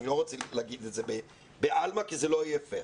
אני לא רוצה להגיד את זה בעלמא כי זה לא יהיה פייר.